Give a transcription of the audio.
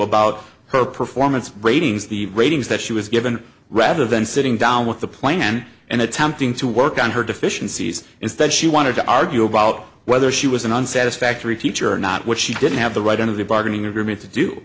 about her performance ratings the ratings that she was given rather than sitting down with the plan and attempting to work on her deficiencies instead she wanted to argue about whether she was an on satisfactory teacher or not what she didn't have the right of the bargaining agreement to do